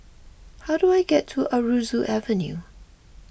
how do I get to Aroozoo Avenue